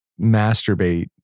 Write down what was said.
masturbate